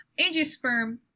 angiosperm